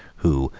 who,